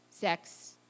Sex